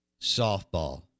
softball